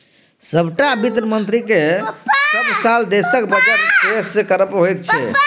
सभटा वित्त मन्त्रीकेँ सभ साल देशक बजट पेश करब होइत छै